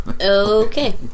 Okay